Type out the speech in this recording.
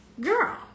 girl